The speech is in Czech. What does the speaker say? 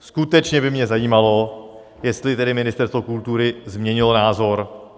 Skutečně by mě zajímalo, jestli Ministerstvo kultury změnilo názor.